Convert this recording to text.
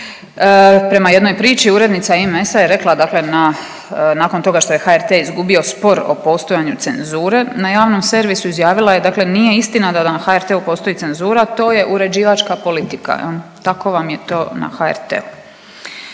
Prema jednoj priči, urednica IMS-a je rekla, dakle nakon toga što je HRT izgubio spor o postojanju cenzure na javnom servisu izjavila je, dakle nije istina da na HRT-u postoji cenzura, to je uređivačka politika. Tako vam je to na HRT-u.